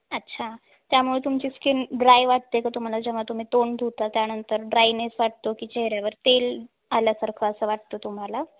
अच्छा त्यामुळे तुमची स्किन ड्राय वाटते का तुम्हाला जेव्हा तुम्ही तोंड धुता त्यानंतर ड्रायनेस वाटतो की चेहऱ्यावर तेल आल्यासारखं असं वाटतं तुम्हाला